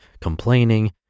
complaining